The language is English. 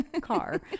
car